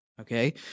okay